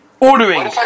Ordering